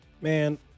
Man